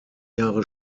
jahre